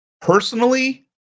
Personally